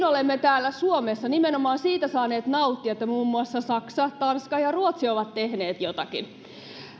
olemme täällä suomessa nimenomaan siitä saaneet nauttia että muun muassa saksa tanska ja ruotsi ovat tehneet jotakin